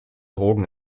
drogen